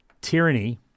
tyranny